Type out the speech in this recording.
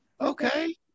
Okay